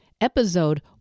Episode